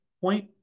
point